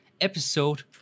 episode